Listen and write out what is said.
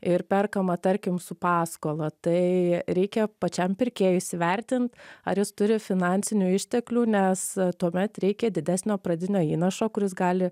ir perkama tarkim su paskola tai reikia pačiam pirkėjui įsivertint ar jis turi finansinių išteklių nes tuomet reikia didesnio pradinio įnašo kuris gali